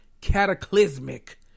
cataclysmic